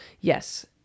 Yes